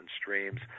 streams